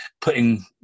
putting